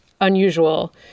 unusual